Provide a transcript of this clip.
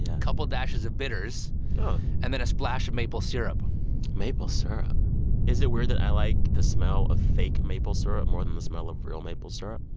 yeah a couple of dashes of bitters and then a splash of maple syrup maple syrup is it weird that i like the smell of fake maple syrup more than the smell of real maple syrup?